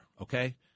Okay